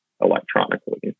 electronically